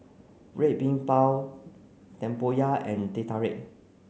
Red Bean Bao Tempoyak and Teh Tarik